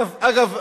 אגב,